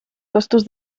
costos